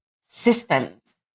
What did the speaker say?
systems